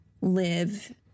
live